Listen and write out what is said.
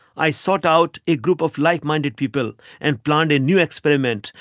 i sought out a group of like-minded people and planned a new experiment,